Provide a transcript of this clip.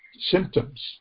symptoms